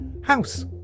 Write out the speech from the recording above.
house